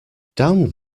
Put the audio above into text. down